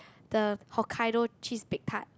the Hokkaido cheese baked tart